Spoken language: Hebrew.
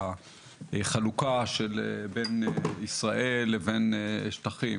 בחלוקה שבין ישראל לשטחים,